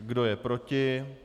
Kdo je proti?